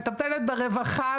מטפלת ברווחה,